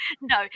no